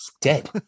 Dead